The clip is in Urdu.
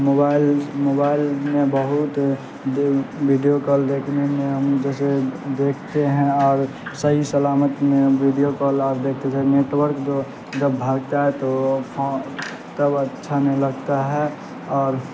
موبائل موبائل میں بہت ویڈیو کال دیکھنے میں ہم جیسے دیکھتے ہیں اور صحیح سلامت میں ویڈیو کال آپ دیکھتے جو ہیں نیٹورک جو جب بھاگتا ہے تو تب اچھا نہیں لگتا ہے اور